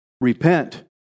Repent